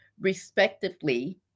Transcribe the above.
Respectively